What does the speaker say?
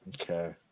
Okay